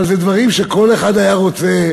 אבל אלה דברים שכל אחד היה רוצה,